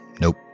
Nope